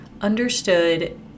understood